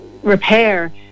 Repair